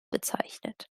bezeichnet